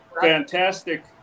fantastic